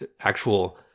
actual